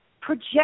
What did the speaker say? project